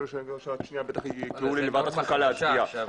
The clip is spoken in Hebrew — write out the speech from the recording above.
שעוד מעט יקראו לי לוועדת הכלכלה להצבעה.